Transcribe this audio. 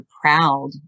proud